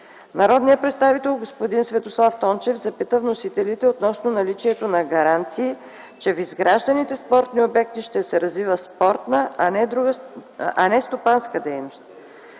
Народният представител Светослав Тончев запита вносителите относно наличието на гаранции, че в изгражданите спортни обекти ще се развива спортна, а не стопанска дейност.